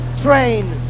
train